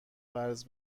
قرض